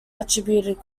attributed